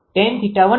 75 આપેલ છે